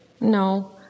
No